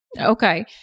Okay